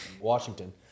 Washington